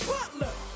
Butler